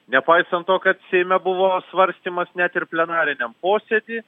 nepaisant to kad seime buvo svarstymas net ir plenariniam posėdy